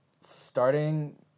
starting